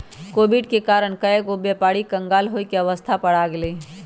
Covid के कारण कएगो व्यापारी क़ँगाल होये के अवस्था पर आ गेल हइ